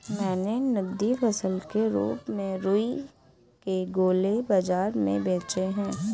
मैंने नगदी फसल के रूप में रुई के गोले बाजार में बेचे हैं